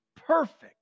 perfect